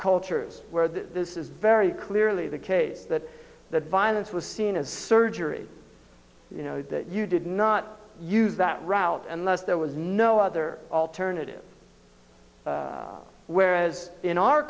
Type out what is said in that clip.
cultures where the very clearly the case that that violence was seen as surgery you know you did not use that route unless there was no other alternative whereas in our